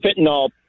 fentanyl